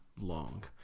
long